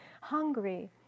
hungry